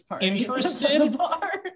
interested